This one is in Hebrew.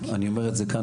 אני אומר את זה כאן,